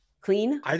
clean